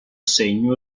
segno